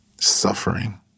suffering